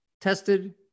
tested